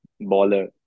baller